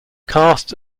cast